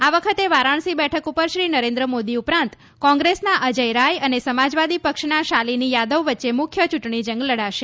આ વખતે વારાણસી બેઠક પર શ્રી નરેન્દ્ર મોદી ઉપરાંત કોંગ્રેસના અજય રાય અને સમાજવાદી પક્ષના શાલિની યાદવ વચ્ચે મુખ્ય ચૂંટણી જંગ લડાશે